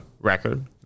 record